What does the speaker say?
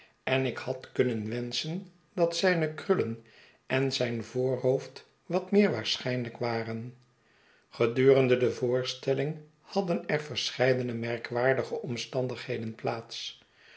en ik had kunnen wenschen dat zijne krullen en zijn voorhoofd wat meer waarschijniijk war en gedurende de voorstelling hadden er verscheidene merkwaardige omstandigheden plaats